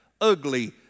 ugly